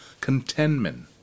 contentment